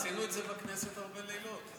עשינו את זה בכנסת הרבה לילות.